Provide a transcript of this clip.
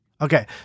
Okay